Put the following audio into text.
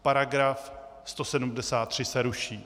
§ 173 se ruší.